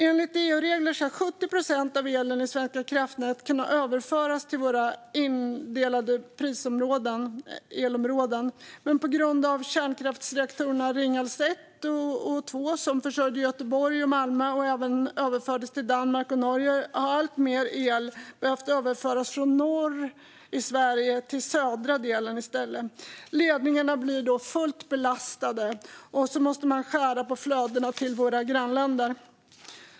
Enligt EU-regler ska 70 procent av elen i Svenska kraftnät kunna överföras till våra indelade elområden. Men på grund av att kärnkraftsreaktorerna Ringhals 1 och 2 försörjde Göteborg, Malmö och även överförde el till Danmark och Norge har alltmer el behövt överföras från norr i Sverige till södra delen i stället. Ledningarna blir då fullt belastade, och då måste man skära ned på flödena till våra grannländer.